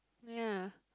ya